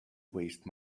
waste